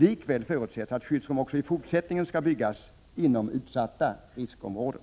Likväl förutsätts att skyddsrum också i fortsättningen skall byggas inom utsatta riskområden.